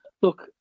look